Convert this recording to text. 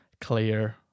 clear